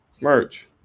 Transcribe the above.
Merch